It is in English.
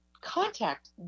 contact